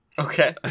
Okay